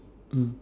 mm